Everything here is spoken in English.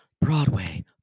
Broadway